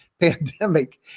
pandemic